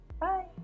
Bye